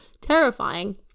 terrifying